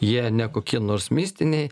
jie ne kokie nors mistiniai